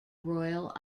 royal